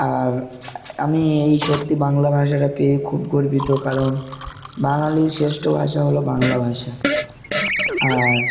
আর আমি এই সত্যি বাংলা ভাষাটা পেয়ে খুব গর্বিত কারণ বাঙালির শ্রেষ্ঠ ভাষা হলো বাংলা ভাষা আর